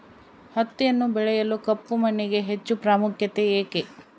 ಹತ್ತಿಯನ್ನು ಬೆಳೆಯಲು ಕಪ್ಪು ಮಣ್ಣಿಗೆ ಹೆಚ್ಚು ಪ್ರಾಮುಖ್ಯತೆ ಏಕೆ?